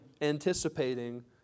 anticipating